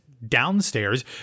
downstairs